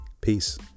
Peace